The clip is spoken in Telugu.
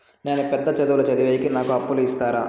నేను పెద్ద చదువులు చదివేకి నాకు అప్పు ఇస్తారా